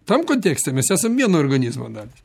tam kontekste mes esam vieno organizmo dalys